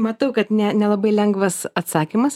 matau kad ne nelabai lengvas atsakymas